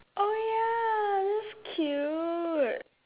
oh ya that's cute